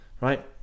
right